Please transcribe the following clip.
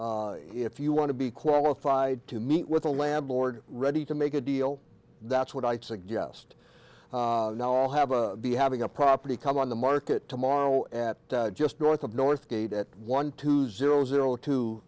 door if you want to be qualified to meet with the landlord ready to make a deal that's what i suggest now all have be having a property come on the market tomorrow at just north of northgate at one two zero zero two